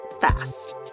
fast